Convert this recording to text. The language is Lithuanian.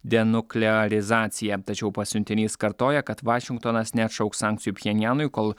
denuklearizaciją tačiau pasiuntinys kartoja kad vašingtonas neatšauks sankcijų pchenjanui kol